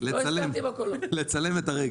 להיות עסקים חזקים ולהוזיל את יוקר המחיה